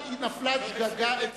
נפלה שגגה, אצלי,